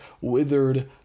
withered